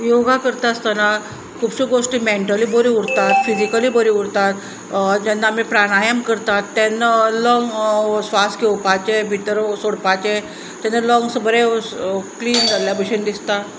योगा करता आसतना खुबश्यो गोश्टी मेंनटली बऱ्यो उरतात फिजिकली बऱ्यो उरतात जेन्ना आमी प्राणायम करतात तेन्ना लंग स्वास घेवपाचे भितर सोडपाचे तेन्ना लंग्स बरे क्लीन जाल्ल्या भशेन दिसता